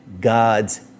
God's